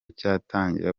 cyatangira